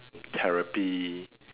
therapy